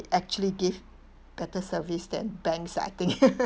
actually give better service than banks I think